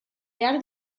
behar